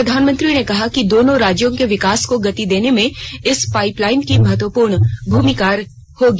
प्रधानमंत्री ने कहा कि दोनों राज्यों के विकास को गति देने में इस पाइपलाइन की महत्वपूर्ण भूमिका होगी